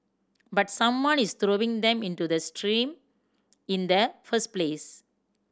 but someone is throwing them into the stream in the first place